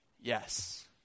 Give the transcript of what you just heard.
Yes